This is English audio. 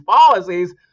policies